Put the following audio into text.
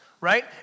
right